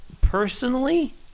personally